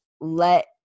let